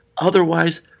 Otherwise